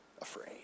afraid